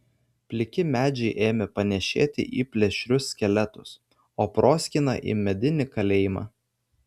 pliki medžiai ėmė panėšėti į plėšrius skeletus o proskyna į medinį kalėjimą